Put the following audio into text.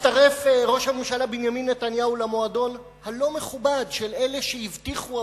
הצטרף ראש הממשלה בנימין נתניהו למועדון הלא-מכובד של אלה שהבטיחו,